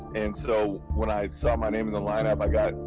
and so when i saw my name in the lineup, i got,